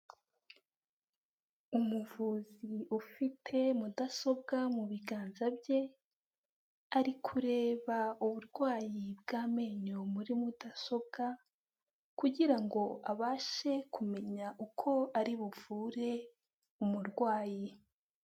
Umuvuzi ufite mudasobwa mu biganza bye, ari kureba uburwayi bw'amenyo muri mudasobwa kugira ngo abashe kumenya uko ari buvure umurwayi.